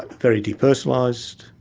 very depersonalised,